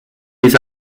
les